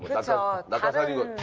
but don't